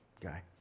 guy